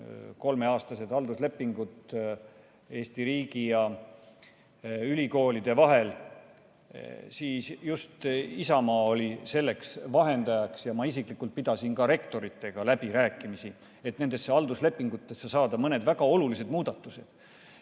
kolmeaastaste halduslepingute puhul Eesti riigi ja ülikoolide vahel oli just Isamaa vahendajaks. Ma isiklikult pidasin ka rektoritega läbirääkimisi, et nendesse halduslepingutesse saada mõned väga olulised muudatused,